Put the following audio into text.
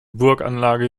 burganlage